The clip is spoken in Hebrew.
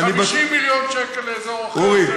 50 מיליון שקל לאזור אחר,